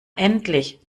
endlich